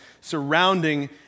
surrounding